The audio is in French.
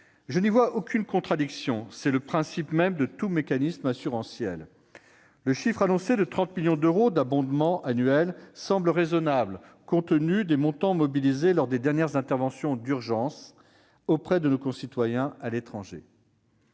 Je n'y vois aucune contradiction : c'est le principe même de tout mécanisme assurantiel. Le chiffre annoncé de 30 millions d'euros d'abondement annuel semble raisonnable, compte tenu des montants mobilisés lors des dernières interventions d'urgence auprès de nos concitoyens à l'étranger.